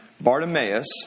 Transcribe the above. Bartimaeus